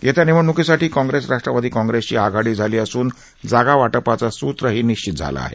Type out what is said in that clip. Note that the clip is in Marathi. येत्या निवडण्कीसाठी काँग्रेस राष्ट्रवादी काँग्रेसची आघाडी झाली असून जागावाटपाचं सूत्रही निश्चित झालं आहे